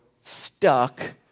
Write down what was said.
stuck